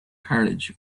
carriage